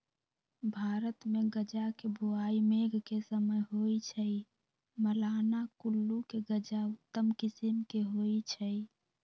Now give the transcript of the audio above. भारतमे गजा के बोआइ मेघ के समय होइ छइ, मलाना कुल्लू के गजा उत्तम किसिम के होइ छइ